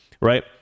Right